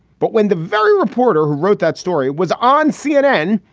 but when the very reporter who wrote that story was on cnn,